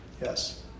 Yes